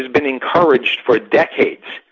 has been encouraged for decades